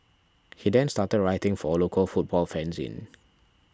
he then started writing for a local football fanzine